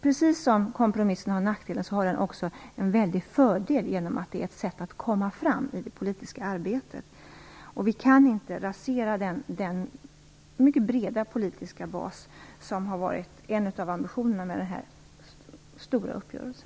Precis som kompromissen har nackdelar, har den också en väldig fördel genom att den är ett sätt att komma fram i det politiska arbetet. Vi kan inte rasera den mycket breda politiska bas som har varit en av ambitionerna med denna stora uppgörelse.